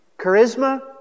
Charisma